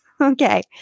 Okay